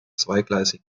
zweigleisig